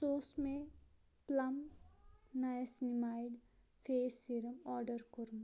سُہ اوس مےٚ Plum niacinamide face serum order کوٚرمُت